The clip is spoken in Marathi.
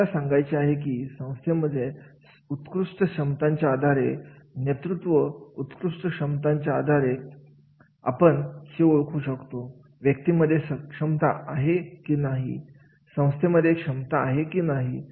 इथे मला हे सांगायचे आहे की संस्थेच्या उत्कृष्ट क्षमतांच्या आधारे नेतृत्व उत्कृष्ट क्षमता च्या आधारे आपण हे ओळखू शकतो की व्यक्तीमध्ये सक्षमता आहे की नाही संस्थेमध्ये क्षमता आहे की नाही